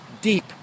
deep